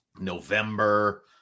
november